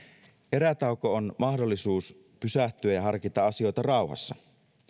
erätauko on mahdollisuus pysähtyä ja harkita asioita rauhassa